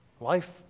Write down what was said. Life